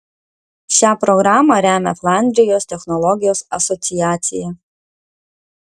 šią programą remia flandrijos technologijos asociacija